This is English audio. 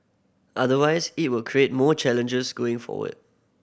otherwise it will create more challenges going forward